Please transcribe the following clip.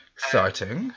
Exciting